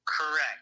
Correct